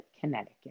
Connecticut